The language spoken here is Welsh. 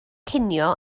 cinio